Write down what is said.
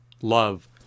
love